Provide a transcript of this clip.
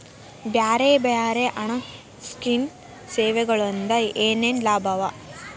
ಬ್ಯಾರೆ ಬ್ಯಾರೆ ಹಣ್ಕಾಸಿನ್ ಸೆವೆಗೊಳಿಂದಾ ಏನೇನ್ ಲಾಭವ?